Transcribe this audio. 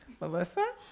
Melissa